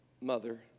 mother